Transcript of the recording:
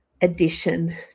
addition